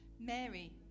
Mary